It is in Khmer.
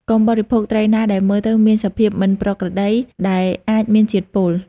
កុំបរិភោគ ត្រីណាដែលមើលទៅមានសភាពមិនប្រក្រតីដែលអាចមានជាតិពុល។